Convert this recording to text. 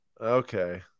Okay